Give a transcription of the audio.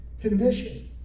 condition